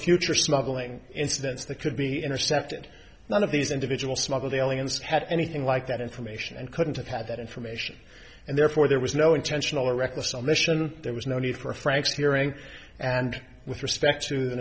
future smuggling incidents that could be intercepted none of these individual smuggled aliens had anything like that information and couldn't have had that information and therefore there was no intentional or reckless omission there was no need for frank's hearing and with respect to the